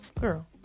girl